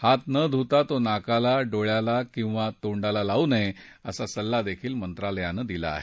हात न धुता तो नाकाला डोळ्यांना किंवा तोंडाला लावू नये असा सल्लाही मंत्रालयानं दिला आहे